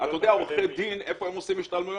אתה יודע איפה עורכי דין עושים השתלמויות?